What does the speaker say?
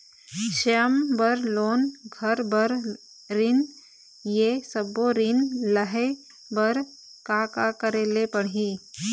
स्वयं बर लोन, घर बर ऋण, ये सब्बो ऋण लहे बर का का करे ले पड़ही?